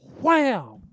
Wow